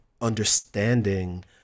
understanding